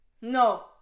No